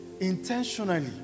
intentionally